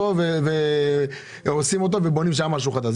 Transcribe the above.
האם הורסים אותו ובונים שם משהו חדש?